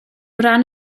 ran